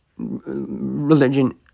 Religion